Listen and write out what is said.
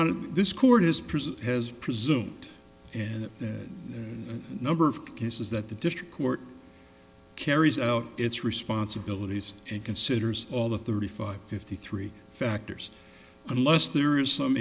of this court his prison has presumed and the number of cases that the district court carries out its responsibilities and considers all the thirty five fifty three factors unless there is some